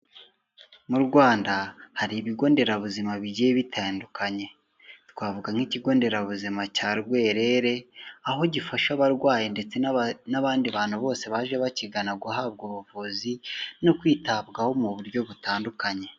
Mu Rwanda hari ibigo nderabuzima bigiye bitandukanye, twavuga nk'ikigo nderabuzima cya Rwerere aho gifasha abarwayi ndetse n'abandi bantu bose baje bakigana guhabwa ubuvuzi no kwitabwaho mu buryo butandukanye.